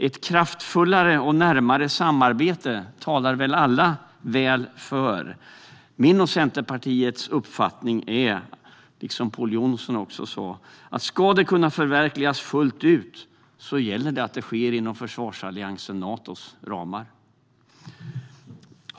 Ett kraftfullare och närmare samarbete talar väl alla väl för. Min och Centerpartiets uppfattning är, som också Pål Jonson sa, att om det ska kunna förverkligas fullt ut gäller det att det sker inom försvarsalliansen Natos ramar.